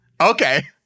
Okay